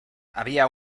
había